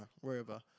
wherever